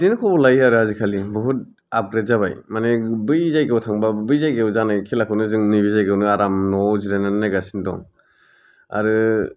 बिदिनो खबर लायो आरो आजिखालि बहुथ आपग्रेड जाबाय माने बै जायगायाव थांबाबो बै जायगायाव जानाय खेलाखौनो जों नै बे आराम न'आव जिरायनानै नायगासिनो दं आरो